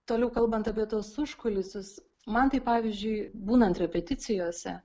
toliau kalbant apie tuos užkulisius man tai pavyzdžiui būnant repeticijose